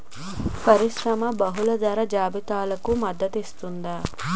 పరిష్కారం బహుళ ధరల జాబితాలకు మద్దతు ఇస్తుందా?